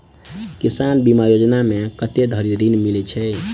किसान बीमा योजना मे कत्ते धरि ऋण मिलय छै?